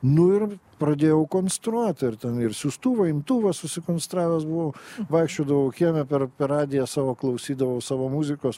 nu ir pradėjau konstruot ir ten ir siųstuvą imtuvą susikonstravęs buvau vaikščiodavau kieme per radiją savo klausydavau savo muzikos